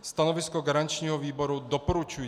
Stanovisko garančního výboru je doporučující.